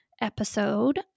episode